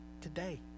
today